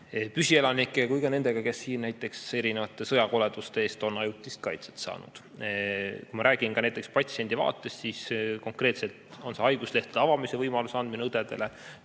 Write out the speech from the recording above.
püsielanike kui ka nendega, kes siin näiteks erinevate sõjakoleduste eest on ajutist kaitset saanud. Kui ma räägin ka patsiendi vaatest, siis konkreetselt on see haiguslehtede avamise võimaluse andmine õdedele,